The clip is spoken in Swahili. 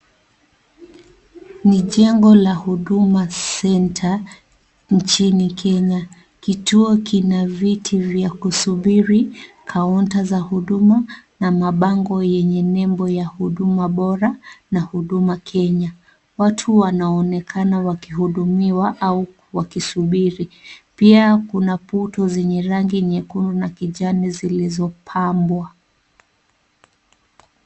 Ni jengo la Huduma Centre nchini Kenya , kituo kina viti vya kusubiri kaunta za huduma na mabango yenye nembo ya huduma bora na Huduma Kenya . Watu wanaonekana wakihudumiwa au wakisubiri pia kuna putu zenye rangi nyekundu na kijani zilizopambwa.